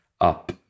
up